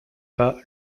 pas